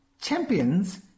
Champions